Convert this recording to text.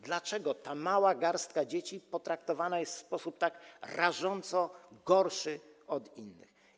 Dlaczego ta mała garstka dzieci potraktowana jest w sposób tak rażąco gorszy od innych?